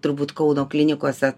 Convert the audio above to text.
turbūt kauno klinikose